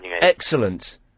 Excellent